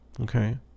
okay